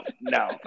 no